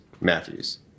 Matthews